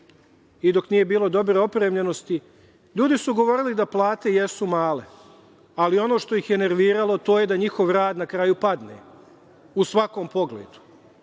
i dok nije bilo dobre opremljenosti, ljudi su govorili da plate jesu male, ali ono što ih je nerviralo to je da njihov rad na kraju padne u svakom pogledu